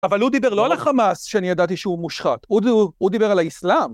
אבל הוא דיבר לא על החמאס שאני ידעתי שהוא מושחת, הוא דיבר על האסלאם.